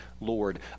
Lord